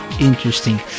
interesting